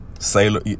Sailor